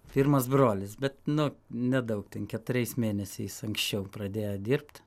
pirmas brolis bet nu nedaug ten keturiais mėnesiais anksčiau pradėjo dirbt